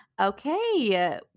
Okay